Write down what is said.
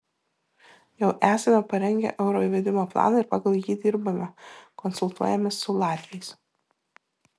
jau esame parengę euro įvedimo planą ir pagal jį dirbame konsultuojamės su latviais